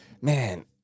man